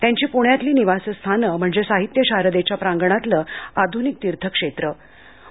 त्यांची पुण्यातली निवासस्थानं म्हणजे साहित्य शारदेच्या प्रांगणातलं आध्रनिक तीर्थक्षेत्रच